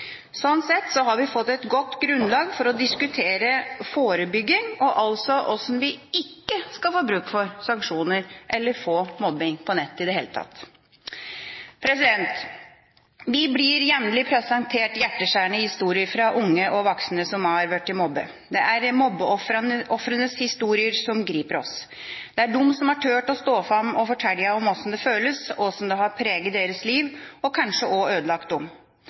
Sånn sett har vi fått et godt grunnlag for å diskutere forebygging og altså hvordan vi ikke skal få bruk for sanksjoner eller få mobbing på nett i det hele tatt. Vi blir jevnlig presentert hjerteskjærende historier fra unge og voksne som er blitt mobbet. Det er mobbeofrenes historier som griper oss. Det er de som har tort å stå fram og fortelle om hvordan det føles og hvordan det har preget deres liv og kanskje også ødelagt